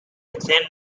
thin